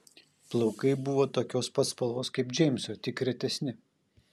plaukai buvo tokios pat spalvos kaip džeimso tik retesni